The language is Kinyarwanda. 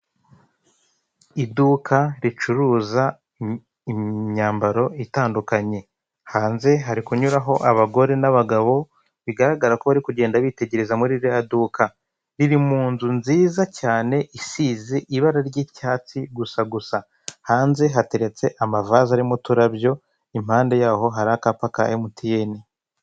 Iduka ricuruza imyambaro itandukanye, hanze hari kunyuraho abagore n'abagabo bigaragara ko bari kugenda bitegereza muri rirya iduka. Riri mu nzu nziza cyane isize ibara ry'icyatsi gusa gusa. Hanze hateretse ama vaze arimo indabyo, impande yaho hari akapa ka mtn.